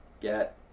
get